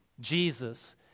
Jesus